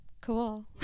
Cool